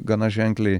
gana ženkliai